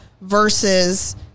versus